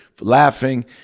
laughing